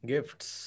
Gifts